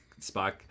Spock